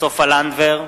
סופה לנדבר,